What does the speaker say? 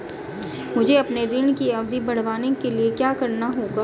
मुझे अपने ऋण की अवधि बढ़वाने के लिए क्या करना होगा?